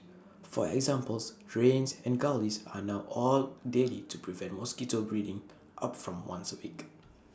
for examples drains and gullies are now oiled daily to prevent mosquito breeding up from once A week